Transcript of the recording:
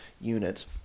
units